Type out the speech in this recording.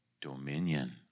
dominion